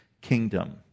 kingdom